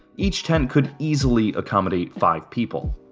each tent could easily accommodate five people.